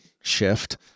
shift